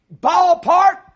ballpark